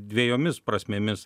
dvejomis prasmėmis